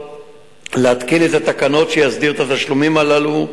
להתקין את התקנות שיסדירו את התשלומים הללו.